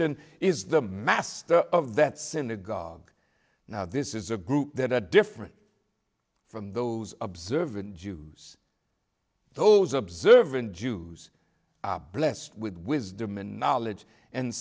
dition is the master of that synagogue now this is a group that are different from those observant jews those observant jews are blessed with wisdom and knowledge and